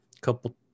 couple